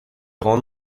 grand